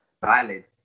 valid